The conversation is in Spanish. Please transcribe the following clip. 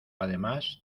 además